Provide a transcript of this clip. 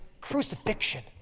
crucifixion